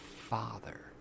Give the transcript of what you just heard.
Father